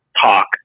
talk